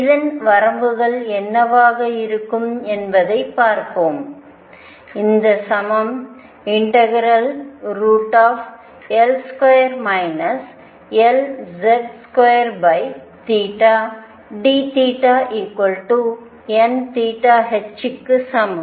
இதன் வரம்புகள் என்னவாக இருக்கும் என்பதைப் பார்ப்போம்இந்த சமம் ∫L2 Lz2 dθ nh க்கு சமம்